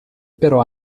però